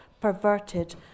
perverted